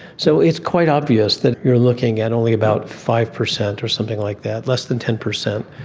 so it's quite obvious that you're looking at only about five percent or something like that, less than ten percent,